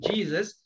Jesus